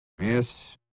Yes